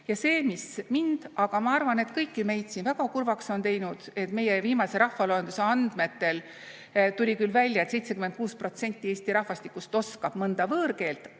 Ja see, mis mind, aga ma arvan, et kõiki meid siin väga kurvaks on teinud, on see, et meie viimase rahvaloenduse andmetel tuli küll välja, et 76% Eesti rahvastikust oskab mõnda võõrkeelt,